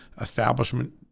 establishment